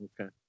Okay